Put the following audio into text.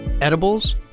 edibles